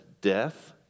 death